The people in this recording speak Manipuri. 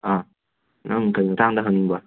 ꯑꯥ ꯅꯪ ꯀꯔꯤ ꯃꯇꯥꯡꯗ ꯍꯪꯅꯤꯡꯕ